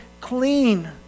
clean